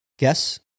guess